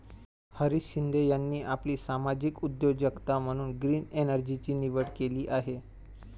हरीश शिंदे यांनी आपली सामाजिक उद्योजकता म्हणून ग्रीन एनर्जीची निवड केली आहे